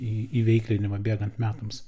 į įveiklinimą bėgant metams